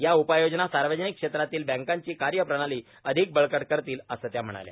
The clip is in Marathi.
या उपाययोजना सार्वजनिक बेत्रातील बँकांची कार्यप्रणाली अधिक वळकट करतील असं त्या म्हणाल्या